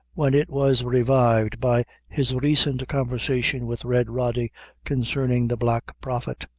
when it was revived by his recent conversation with red rody concerning the black prophet,